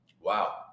Wow